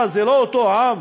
מה, זה לא אותו עם?